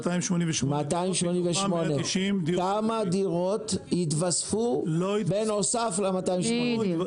288. מתוכם 190 דירות --- כמה דירות היתוספו בנוסף ל-288?